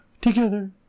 Together